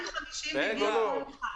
מתייחס לכל העניין של הדבקת מדבקות על מכלים.